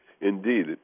Indeed